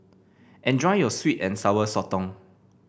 enjoy your sweet and Sour Sotong